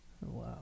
Wow